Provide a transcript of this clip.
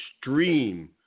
Extreme